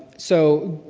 so,